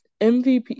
MVP